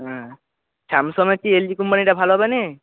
হ্যাঁ স্যামসংয়ের চেয়ে এলজি কোম্পানিটা ভালো হবে না